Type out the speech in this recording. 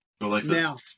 Now